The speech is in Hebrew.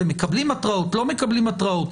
אתם מקבלים התראות, לא מקבלים התראות?